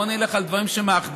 בואו נלך על דברים שמאחדים.